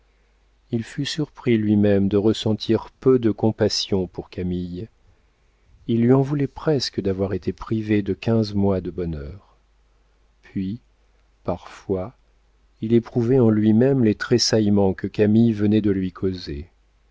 il fut surpris lui-même de ressentir peu de compassion pour camille il lui en voulait presque d'avoir été privé de quinze mois de bonheur puis parfois il éprouvait en lui-même les tressaillements que camille venait de lui causer